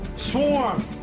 swarm